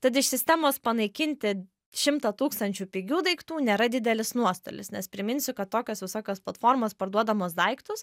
tad iš sistemos panaikinti šimtą tūkstančių pigių daiktų nėra didelis nuostolis nes priminsiu kad tokios visokios platformos parduodamos daiktus